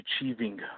achieving